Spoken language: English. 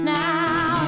now